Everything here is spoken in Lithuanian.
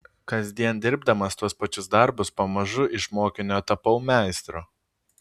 kasdien dirbdamas tuos pačius darbus pamažu iš mokinio tapau meistru